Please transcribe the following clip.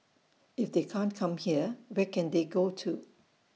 if they can't come here where can they go to